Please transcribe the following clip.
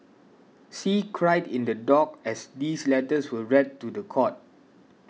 see cried in the dock as these letters were read to the court